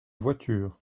voiture